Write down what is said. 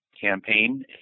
campaign